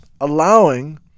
allowing